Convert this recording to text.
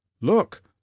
look